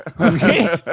Okay